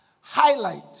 highlight